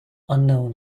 unknown